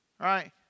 right